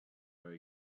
are